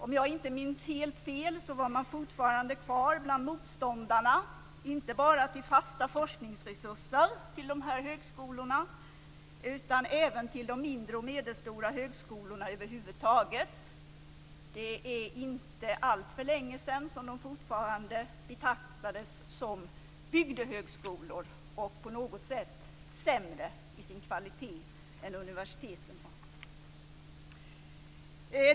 Om jag inte minns helt fel var man fortfarande kvar bland motståndarna inte bara mot fasta forskningsresurser till de här högskolorna utan även mot de mindre och medelstora högskolorna över huvud taget. Det är inte alltför länge sedan som de fortfarande betraktades som bygdehögskolor, på något sätt sämre i kvalitet än universiteten.